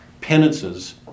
penances